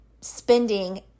spending